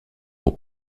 pour